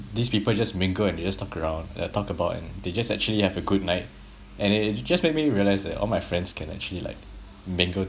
these people just mingle and they just talk around uh talked about and they just actually have a good night and it it just made me realise that all my friends can actually like mingle